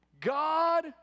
God